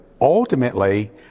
Ultimately